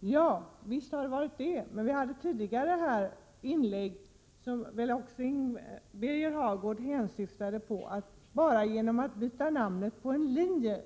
Ja visst, men det framgick av tidigare inlägg, som väl också Birger Hagård hänsyftade på, att man tror att man ger kvalitet bara genom att byta namnet på en linje.